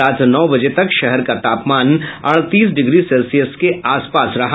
रात नौ बजे तक शहर का तापमान अड़तीस डिग्री सेल्सियस के आसपास रहा